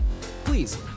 Please